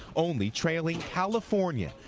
only trailing california.